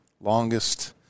longest